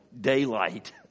daylight